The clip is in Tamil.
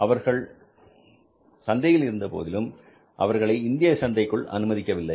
அவர்கள் சந்தையில் இருந்தபோதிலும் அவர்களை இந்திய சந்தைக்குள் அனுமதிக்கவில்லை